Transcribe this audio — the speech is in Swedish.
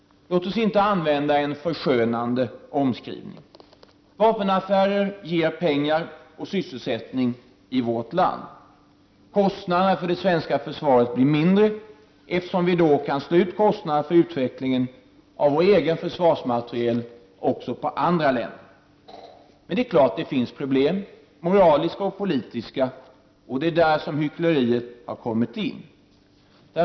Låt oss inte använda en förskönande omskrivning. Vapenaffärer ger pengar och sysselsättning i vårt land. Kostnaderna för det svenska försvaret blir mindre, eftersom vi kan slå ut kostnaderna för utvecklingen av vår egen försvarsmateriel också på andra länder. Men visst finns det problem, moraliska och politiska, och det är där hyckleriet kommit in.